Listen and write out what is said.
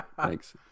Thanks